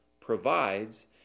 provides